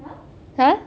what